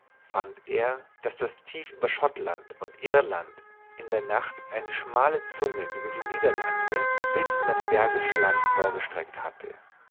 fand er daß das tief über schottland und irland in der nacht eine schmale zunge über die niederlande bis in das bergische land vorgestreckt hatte